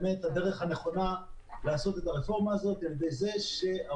באמת הדרך הנכונה לעשות את הרפורמה הזאת היא על ידי זה שהאוצר